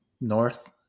north